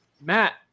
Matt